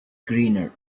greener